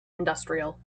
industrial